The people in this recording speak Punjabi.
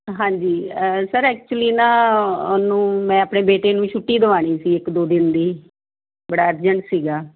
ਹਾਂਜੀ ਸਰ ਐਕਚੁਲੀ ਨਾ ਉਹਨੂੰ ਮੈਂ ਆਪਣੇ ਬੇਟੇ ਨੂੰ ਛੁੱਟੀ ਦਵਾਉਣੀ ਸੀ ਇੱਕ ਦੋ ਦਿਨ ਦੀ ਬੜਾ ਅਰਜੈਂਟ ਸੀਗਾ